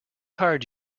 hired